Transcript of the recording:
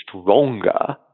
stronger